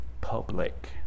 public